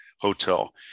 hotel